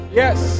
yes